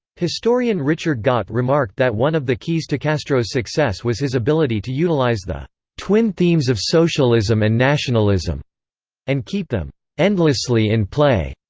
historian richard gott remarked that one of the keys to castro's success was his ability to utilize the twin themes of socialism and nationalism and keep them endlessly in play.